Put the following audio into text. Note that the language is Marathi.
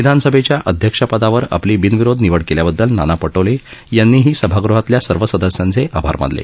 विधानसभेच्या अध्यक्षपदावर आपली बिनविरोध निवड केल्याबददल नाना पटोले यांनीही सभागृहातल्या सर्व सदस्यांचे आभार मानले